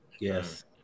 Yes